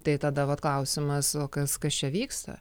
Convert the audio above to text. tai tada vat klausimas o kas kas čia vyksta